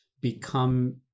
become